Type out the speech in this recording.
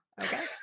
Okay